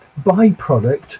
byproduct